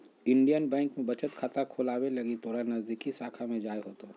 Indian bank में बचत खाता खोलावे लगी तोरा नजदीकी शाखा में जाय होतो